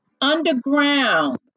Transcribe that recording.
underground